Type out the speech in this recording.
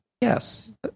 Yes